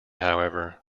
however